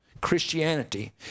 Christianity